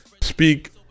speak